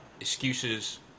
excuses